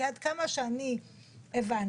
עד כמה שאני הבנתי,